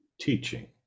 teaching